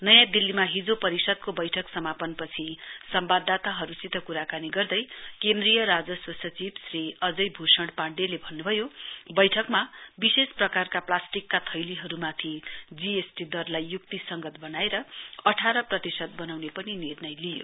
नयाँ दिल्लीमा हिजो परिषदको बैठक समापनपछि सम्बाददातासित क्राकानी गर्दै केन्द्रीय राजस्व सचिव श्री अजय भ्रषण पाण्डेले भन्न्भयो बैठकमा विशेष प्रकारका प्लास्टिकका थैलीहरुमाथि जीएसटी दरलाई य्क्तिसंगत बनाएर अठार प्रतिशत बनाउने पनि निर्णय लिइयो